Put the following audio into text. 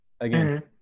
again